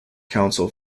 council